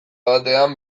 batean